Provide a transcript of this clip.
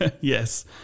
Yes